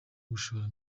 gushora